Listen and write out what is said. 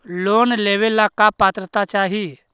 Loan लेवेला का पात्रता चाही?